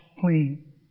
clean